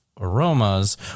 aromas